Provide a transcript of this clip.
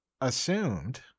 assumed